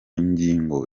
ngingo